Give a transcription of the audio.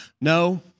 No